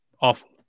awful